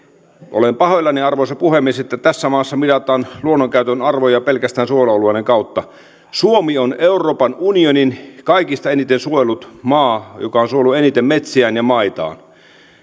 olen pahoillani arvoisa puhemies että tässä maassa mitataan luonnonkäytön arvoja pelkästään suojelualueiden kautta suomi on euroopan unionin kaikista eniten suojellut maa joka on suojellut eniten metsiään ja maitaan